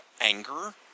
anger